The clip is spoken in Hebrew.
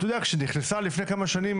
אתה יודע, כאשר נכנסה לפני כמה שנים